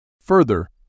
Further